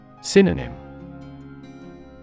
Synonym